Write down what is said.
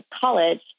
college